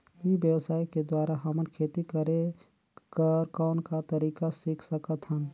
ई व्यवसाय के द्वारा हमन खेती करे कर कौन का तरीका सीख सकत हन?